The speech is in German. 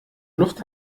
luft